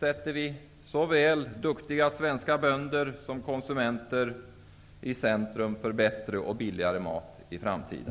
sätter vi såväl duktiga svenska bönder som konsumenter i centrum, för bättre och billigare mat i framtiden.